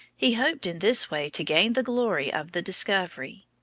he hoped in this way to gain the glory of the discovery.